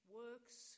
works